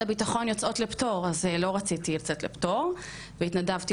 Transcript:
הביטחון יוצאות לפטור אז לא רציתי לצאת לפטור והתנדבתי